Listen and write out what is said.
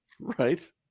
Right